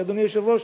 אדוני היושב-ראש,